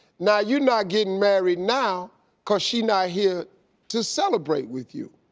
now you not getting married now cause she not here to celebrate with you.